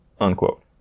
unquote